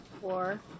four